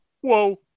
Whoa